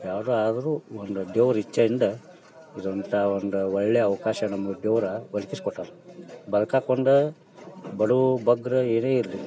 ಯಾವುದೇ ಆದ್ರೂ ಒಂದು ದೇವ್ರ ಇಚ್ಛೆಯಿಂದ ಇದರಂಥ ಒಂದು ಒಳ್ಳೆಯ ಅವಕಾಶ ನಮ್ಗೆ ದೇವ್ರು ಒದ್ಗಿಸ್ ಕೊಟ್ಟಾನೆ ಬದ್ಕಕ್ಕೊಂದು ಬಡವ್ರು ಬಗ್ರು ಏನೇ ಇರಲಿ